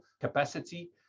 capacity